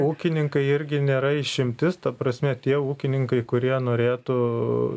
ūkininkai irgi nėra išimtis ta prasme tie ūkininkai kurie norėtų